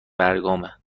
برگامه